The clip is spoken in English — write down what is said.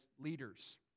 leaders